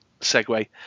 segue